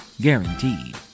Guaranteed